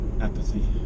Apathy